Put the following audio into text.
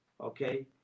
okay